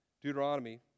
deuteronomy